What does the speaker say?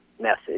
message